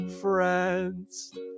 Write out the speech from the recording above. friends